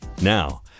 Now